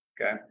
okay